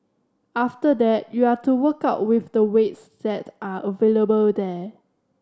after that you're to work out with the weights that are available there